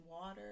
water